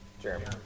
Jeremy